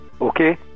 Okay